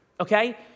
okay